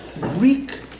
Greek